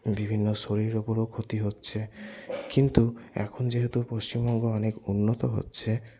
বিভিন্ন শরীরের ওপরেও ক্ষতি হচ্ছে কিন্তু এখন যেহেতু পশ্চিমবঙ্গ অনেক উন্নত হচ্ছে